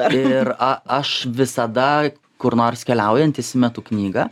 ir a aš visada kur nors keliaujantis įmetu knygą